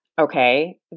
okay